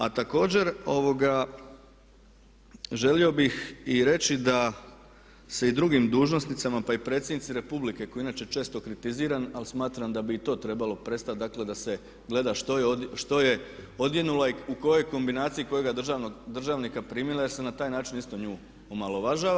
A također želio bih i reći da se i drugim dužnosnicama, pa i predsjednici Republike koji inače često kritiziram ali smatram da bi i to trebalo prestati, dakle da se gleda što je odjenula i u kojoj kombinaciji kojeg državnika primila jer se na taj način isto nju omalovažava.